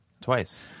Twice